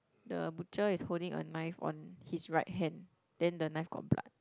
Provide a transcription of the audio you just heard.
the butcher is holding a knife on his right hand then the knife got blood